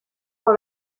dans